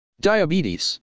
Diabetes